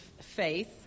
faith